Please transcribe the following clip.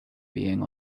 being